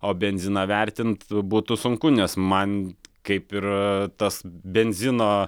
o benziną vertint būtų sunku nes man kaip ir tas benzino